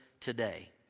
today